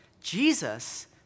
Jesus